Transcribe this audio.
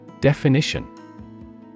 Definition